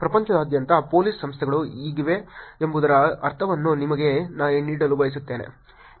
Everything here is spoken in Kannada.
ಪ್ರಪಂಚದಾದ್ಯಂತದ ಪೊಲೀಸ್ ಸಂಸ್ಥೆಗಳು ಹೇಗಿವೆ ಎಂಬುದರ ಅರ್ಥವನ್ನು ನಿಮಗೆ ನೀಡಲು ಬಯಸುತ್ತೇನೆ